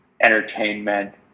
entertainment